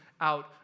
out